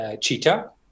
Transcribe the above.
cheetah